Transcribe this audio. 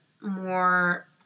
more